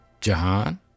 Jahan